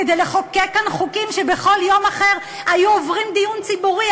כדי לחוקק כאן חוקים שבכל יום אחר היו עוברים דיון ציבורי,